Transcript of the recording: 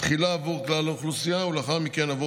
תחילה בעבור כלל האוכלוסייה ולאחר מכן בעבור